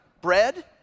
bread